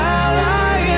ally